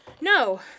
no